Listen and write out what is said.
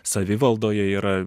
savivaldoje yra